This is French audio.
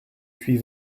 suis